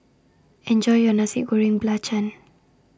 Enjoy your Nasi Goreng Belacan